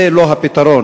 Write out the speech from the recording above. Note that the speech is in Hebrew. זה לא הפתרון.